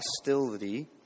hostility